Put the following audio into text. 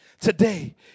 Today